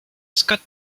scott